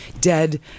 dead